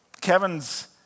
Kevin's